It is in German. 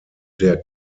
der